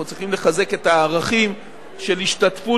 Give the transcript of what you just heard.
אנחנו צריכים לחזק את הערכים של השתתפות